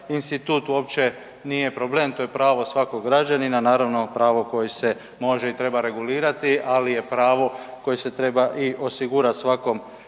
institut uopće nije problem, to je pravo svakog građanina, naravno pravo koje se može i treba regulirati, ali je pravo koje se treba i osigurati svakom